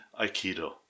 aikido